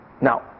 Now